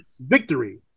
victory